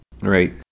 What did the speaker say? Right